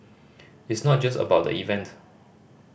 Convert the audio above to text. it's not just about the event